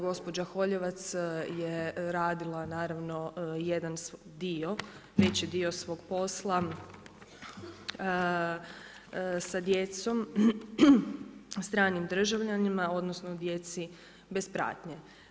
Gospođa Holjevac je radila jedan dio, veći dio svog posla sa djecom stranim državljanima odnosno djeci bez pratnje.